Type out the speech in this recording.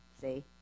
See